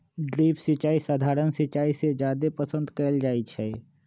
drip सिंचाई सधारण सिंचाई से जादे पसंद कएल जाई छई